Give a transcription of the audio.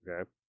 Okay